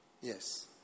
Yes